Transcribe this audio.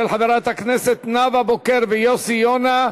של חברי הכנסת נאוה בוקר ויוסי יונה.